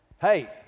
hey